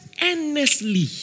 endlessly